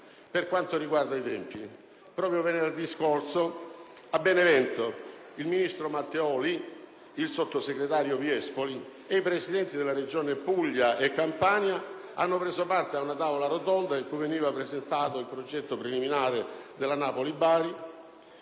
merito ai tempi, proprio venerdì scorso a Benevento il ministro Matteoli, il sottosegretario Viespoli e i Presidenti delle Regioni Puglia e Campania hanno preso parte ad una tavola rotonda in cui veniva presentato il progetto preliminare della Napoli-Bari